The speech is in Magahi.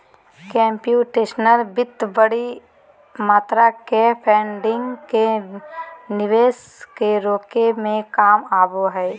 कम्प्यूटेशनल वित्त बडी मात्रा में फंडिंग के निवेश के रोके में काम आबो हइ